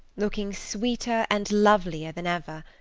looking sweeter and lovelier than ever,